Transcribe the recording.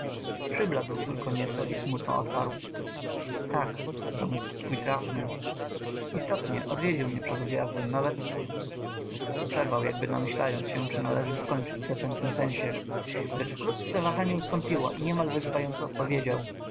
przybladł tylko nieco i smutno odparł tak domysł twój trafny istotnie odwiedził mnie przed odjazdem nawet przerwał jakby namyślając się czy należy dokończyć w zaczętym sensie lecz wkrótce wahanie ustąpiło i niemal wyzywająco odpowiedział